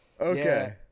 Okay